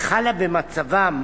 שחלה במצבם,